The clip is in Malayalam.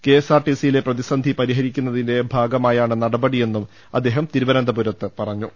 കെഎസ്ആർടിസി യിലെ പ്രതിസന്ധി പരിഹരിക്കുന്നതിന്റെ ഭാഗമായാണ് നടപടിയെന്നും അദ്ദേഹം തിരുവനന്തപുരത്ത് പറഞ്ഞു